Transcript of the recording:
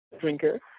drinker